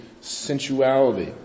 sensuality